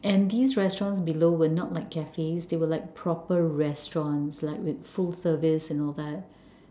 and these restaurants below were not like cafes they were like proper restaurants like with full service and all that